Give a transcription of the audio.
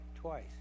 twice